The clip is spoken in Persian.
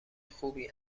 خوبی